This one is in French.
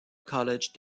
college